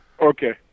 Okay